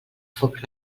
foc